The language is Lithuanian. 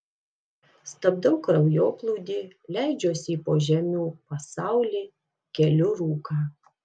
stabdau kraujoplūdį leidžiuosi į požemių pasaulį keliu rūką